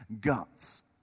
guts